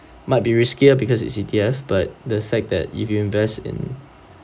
might be riskier because it's E_T_F but the fact that if you invest in